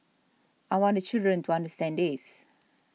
I want the children to understand this